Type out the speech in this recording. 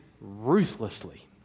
ruthlessly